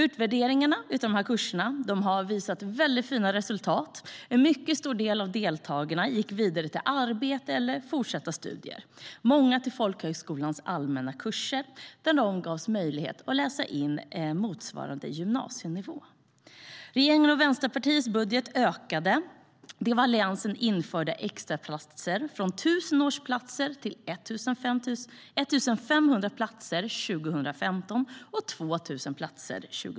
Utvärderingarna av kurserna har visat fina resultat.